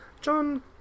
John